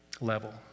level